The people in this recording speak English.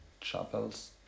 chapels